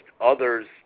others